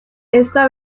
esta